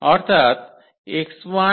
অর্থাৎ x1 x2xn